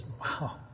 wow